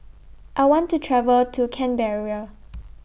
I want to travel to Canberra